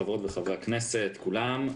חברות וחברי הכנסת כולם,